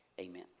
Amen